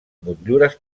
motllures